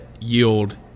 yield